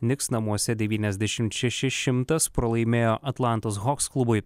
niks namuose devyniasdešimt šeši šimtas pralaimėjo atlantos hoks klubui